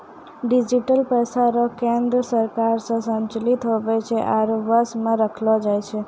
digital पैसा रो केन्द्र सरकार से संचालित हुवै छै आरु वश मे रखलो जाय छै